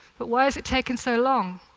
but why has it taken so long?